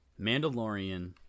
Mandalorian